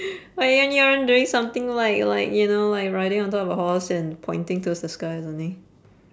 why aren't you aren't doing something like like you know like riding on the top of the horse and pointing towards the sky or something